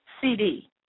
CD